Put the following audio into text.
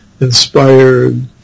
inspired